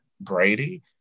Brady